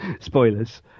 spoilers